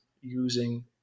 using